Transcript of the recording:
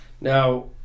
Now